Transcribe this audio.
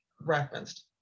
referenced